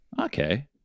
okay